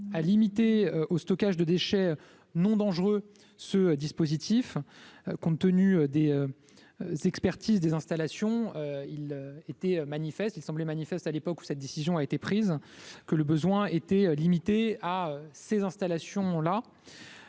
à limiter au stockage de déchets non dangereux ce dispositif compte tenu des expertises, des installations il était manifeste, il semblait manifeste à l'époque où cette décision a été prise, que le besoin était limité à ces installations là